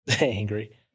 Angry